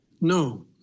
No